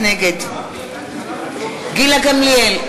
נגד גילה גמליאל,